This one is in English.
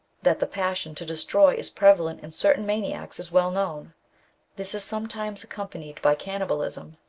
that the passion to destroy is prevalent in certain maniacs is well known this is sometimes accompanied by cannibalism.